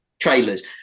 trailers